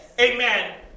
Amen